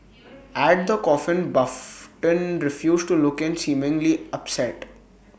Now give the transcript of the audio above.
at the coffin button refused to look in seemingly upset